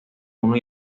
uno